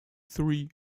three